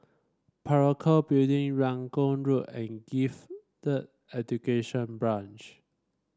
Parakou Building Rangoon Road and Gifted Education Branch